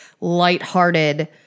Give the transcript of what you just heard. lighthearted